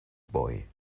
boj